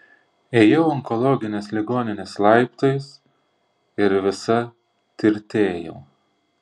ėjau onkologinės ligoninės laiptais ir visa tirtėjau